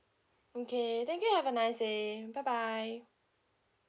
okay thank you have a nice day bye bye